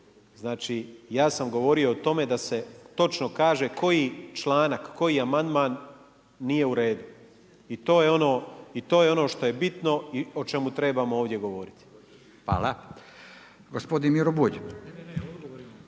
Znači ja sam govorio o tome da se točno kaže koji članak, koji amandman nije uredu i to je ono što je bitno i o čemu trebamo ovdje govoriti. **Radin, Furio